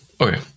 Okay